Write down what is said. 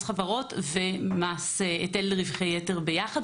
מס חברות והיטל רווחי יתר יחד,